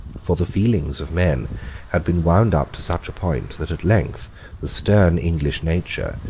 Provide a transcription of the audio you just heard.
for the feelings of men had been wound up to such a point that at length the stern english nature,